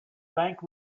bank